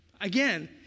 Again